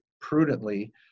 prudently